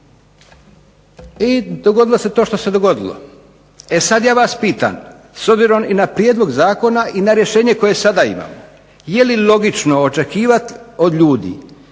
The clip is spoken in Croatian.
I dogodilo se to što se dogodilo. E, sad ja vas pitam s obzirom i na prijedlog zakona i na rješenje koje sada imamo je li logično očekivati od ljudi